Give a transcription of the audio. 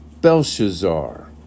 Belshazzar